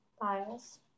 Files